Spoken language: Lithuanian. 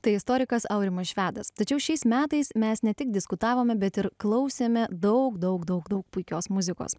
tai istorikas aurimas švedas tačiau šiais metais mes ne tik diskutavome bet ir klausėme daug daug daug daug puikios muzikos